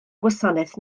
gwasanaeth